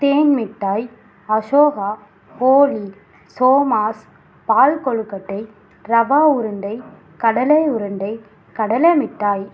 தேன் மிட்டாய் அஷோகா போளி சோமாஸ் பால் கொழுக்கட்டை ரவா உருண்டை கடலை உருண்டை கடலை மிட்டாய்